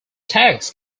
tags